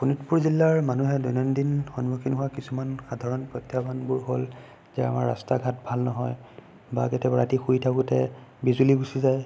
শোণিতপুৰ জিলাৰ মানুহে দৈনন্দিন সন্মুখীন হোৱা দৈনন্দিন কিছুমান সাধাৰণ প্ৰত্যাহ্বানবোৰ হ'ল যে আমাৰ ৰাস্তা ঘাট ভাল নহয় বা কেতিয়াবা ৰাতি শুই থাকোতে বিজুলী গুচি যায়